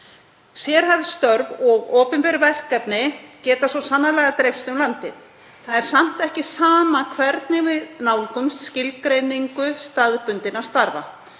Sérhæfð störf og opinber verkefni geta svo sannarlega dreifst um landið. Það er samt ekki sama hvernig við nálgumst skilgreiningu staðbundinna starfa.